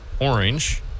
orange